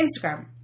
Instagram